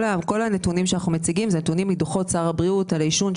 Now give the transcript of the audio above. כל הנתונים שאנחנו מציגים אלה נתונים מדוחות משרד הבריאות על העישון,